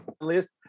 list